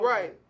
Right